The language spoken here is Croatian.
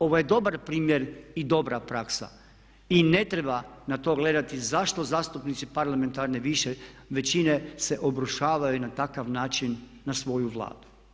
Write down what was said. Ovo je dobar primjer i dobra praksa i ne treba na to gledati zašto zastupnici parlamentarne većine se obrušavaju na takav način na svoju Vladu.